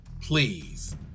please